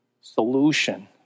solution